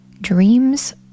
Dreams